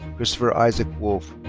christopher isaac wolf.